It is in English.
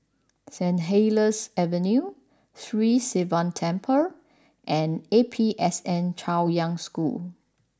Saint Helier's Avenue Sri Sivan Temple and A P S N Chaoyang School